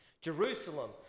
Jerusalem